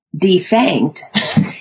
defanged